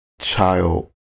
child